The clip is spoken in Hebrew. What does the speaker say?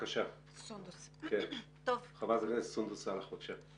סונדוס סאלח, בבקשה.